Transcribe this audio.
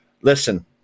listen